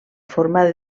forma